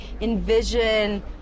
envision